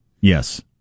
Yes